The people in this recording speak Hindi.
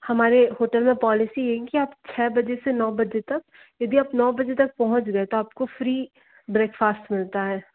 हमारे होटल में पॉलिसी ये है कि आप छः बजे से नौ बजे तक यदि आप नौ बजे तक पहुंच गए तो आपको फ्री ब्रेकफास्ट मिलता है